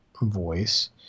voice